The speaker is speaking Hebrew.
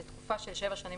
לתקופה של שבע שנים